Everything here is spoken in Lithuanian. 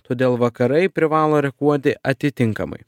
todėl vakarai privalo reaguoti atitinkamai